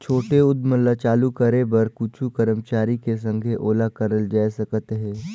छोटे उद्यम ल चालू करे बर कुछु करमचारी के संघे ओला करल जाए सकत अहे